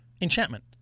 enchantment